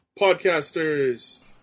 Podcasters